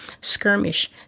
skirmish